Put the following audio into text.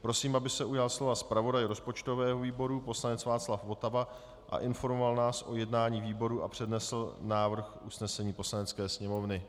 Prosím, aby se ujal slova zpravodaj rozpočtového výboru poslanec Václav Votava a informoval nás o jednání výboru a přednesl návrh usnesení Poslanecké sněmovny.